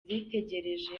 zitegereje